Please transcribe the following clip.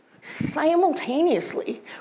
simultaneously